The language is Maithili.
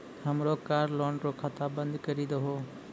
हमरो कार लोन रो खाता बंद करी दहो